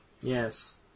Yes